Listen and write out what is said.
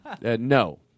No